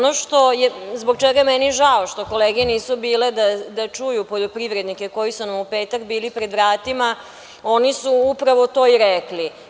Meni je žao što kolege nisu bile da čuju poljoprivrednike koji su nam u petak bili pred vratima i oni su upravo to i rekli.